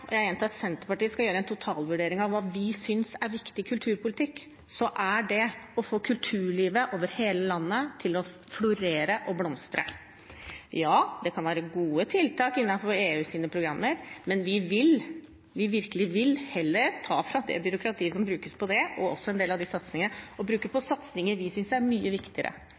– jeg gjentar Senterpartiet – skal gjøre en totalvurdering av hva vi synes er viktig kulturpolitikk, er det å få kulturlivet over hele landet til å florere og blomstre. Ja, det kan være gode tiltak innenfor EUs programmer, men vi vil – vi virkelig vil – heller ta fra det byråkratiet som brukes til det, og også en del av de satsingene, og bruke det på satsinger vi synes er mye viktigere,